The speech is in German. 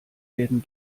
werden